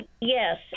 Yes